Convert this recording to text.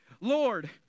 Lord